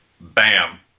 Bam